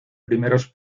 primeros